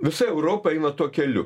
visa europa eina tuo keliu